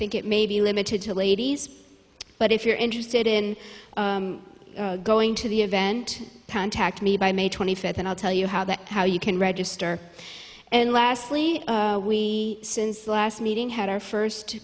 think it may be limited to ladies but if you're interested in going to the event contact me by may twenty fifth and i'll tell you how that how you can register and lastly we since last meeting had our